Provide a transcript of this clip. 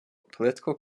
political